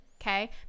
okay